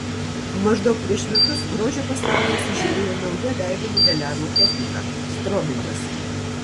maždaug prieš metus grožio pasaulyje sužibėjo nauja veido modeliavimo technika strobingas